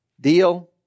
Deal